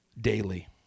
daily